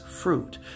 fruit